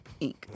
Inc